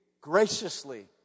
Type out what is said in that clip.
graciously